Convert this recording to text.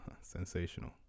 sensational